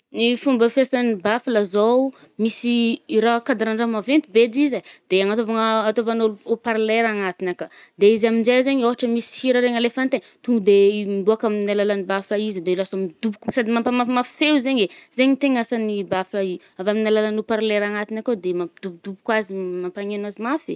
Ny fomba fiasàn’ny baffle zaho, misy, i raha cadre-ndraha maventy be edy izay, de anatôvigna atôvan’ôlo haut-parleur agnatigny akà. De izy aminje zaigny ôtra misy hira regny alefan-tegna, to de i miboàka aminy alalan’ny bafle izy de lasa midoboko. Sady lasa mampamafimafy feo zaigny, zaigny tegna asan’i bafle i, avy aminy alalan’ny haut-parleur agnatigny akà de mampidoboko azy, mampanegno azy mafy e.